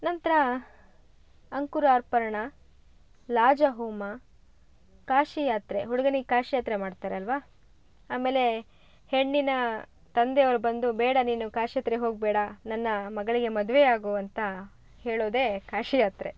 ನಂತರ ಅಂಕುರಾರ್ಪಣ ಲಾಜಹೋಮ ಕಾಶಿಯಾತ್ರೆ ಹುಡುಗನಿಗೆ ಕಾಶಿಯಾತ್ರೆ ಮಾಡ್ತಾರೆ ಅಲ್ಲವಾ ಆಮೇಲೆ ಹೆಣ್ಣಿನ ತಂದೆಯವರು ಬಂದು ಬೇಡ ನೀನು ಕಾಶಿಯಾತ್ರೆಗೆ ಹೋಗಬೇಡ ನನ್ನ ಮಗಳಿಗೆ ಮದುವೆ ಆಗು ಅಂತ ಹೇಳೋದೇ ಕಾಶಿಯಾತ್ರೆ